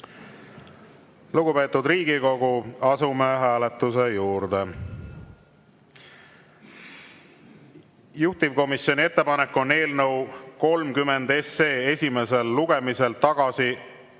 Lugupeetud Riigikogu, asume hääletuse juurde. Juhtivkomisjoni ettepanek on eelnõu 30 esimesel lugemisel tagasi